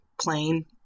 plain